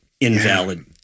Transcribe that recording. invalid